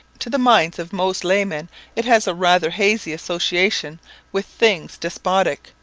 to the minds of most laymen it has a rather hazy association with things despotic,